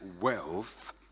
wealth